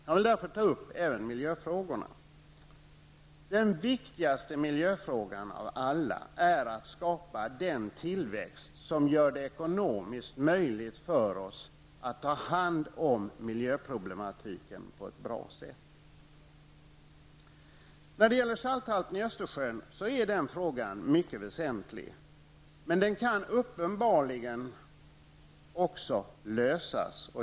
Jag vill därför även beröra miljöfrågorna. Den viktigaste miljöfrågan innebär att man skall skapa den tillväxt som gör det ekonomiskt möjligt för oss att ta hand om miljöproblemen på ett bra sätt. Frågan om salthalten i Östersjön är mycket väsentlig, men den kan uppenbarligen lösas.